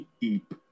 Eep